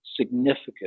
significant